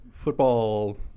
Football